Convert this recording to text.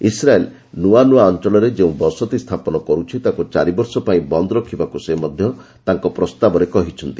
Israel ନୂଆନୂଆ ଅଞ୍ଚଳରେ ଯେଉଁ ବସତି ସ୍ଥାପନ କରୁଛି ତାକୁ ଚାରିବର୍ଷ ପାଇଁ ବନ୍ଦ ରଖିବାକୁ ସେ ମଧ୍ୟ ତାଙ୍କ ପ୍ରସ୍ତାବରେ କହିଛନ୍ତି